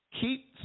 Keep